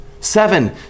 Seven